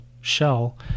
shell